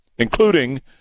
including